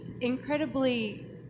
incredibly